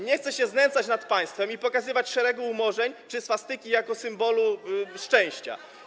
Nie chcę się znęcać nad państwem i pokazywać szeregu umorzeń czy swastyki jako symbolu szczęścia.